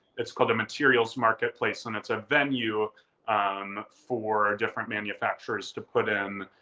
it's called a materials marketplace and it's a venue um for different manufacturers to put in,